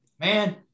man